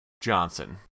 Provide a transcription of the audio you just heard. Johnson